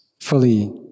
fully